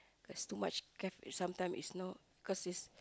there's too much caff~ sometime is not cause it's